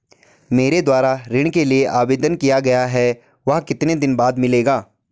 मेरे द्वारा ऋण के लिए आवेदन किया गया है वह कितने दिन बाद मिलेगा?